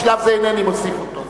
בשלב זה אינני מוסיף אותו.